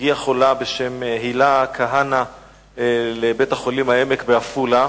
הגיעה חולה בשם הילה כהנא לבית-החולים "העמק" בעפולה,